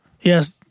Yes